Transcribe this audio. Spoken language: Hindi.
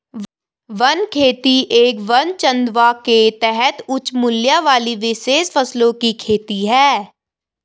वन खेती एक वन चंदवा के तहत उच्च मूल्य वाली विशेष फसलों की खेती है